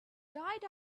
died